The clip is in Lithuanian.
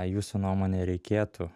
jūsų nuomone reikėtų